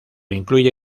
incluye